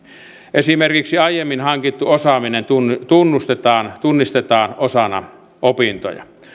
esimerkiksi aiemmin hankittu osaaminen tunnustetaan tunnistetaan osana opintoja